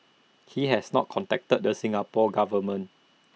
he has not contacted the Singapore Government